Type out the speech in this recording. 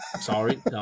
sorry